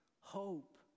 hope